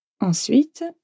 Ensuite